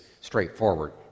straightforward